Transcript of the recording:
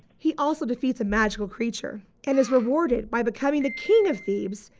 he also defeats a magical creature and is rewarded by becoming the king of thebes,